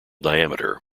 diameter